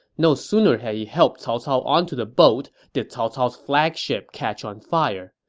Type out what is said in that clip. no sooner had he helped cao cao onto the boat did cao cao's flagship catch on fire.